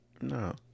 No